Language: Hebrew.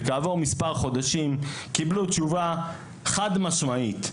וכעבור מספר חודשים הם קיבלו תשובה חד משמעית.